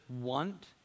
want